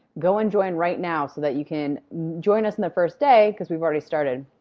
go and join right now so that you can join us in the first day, because we've already started.